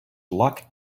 luck